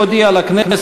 אני מתכבד להודיע לכנסת,